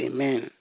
Amen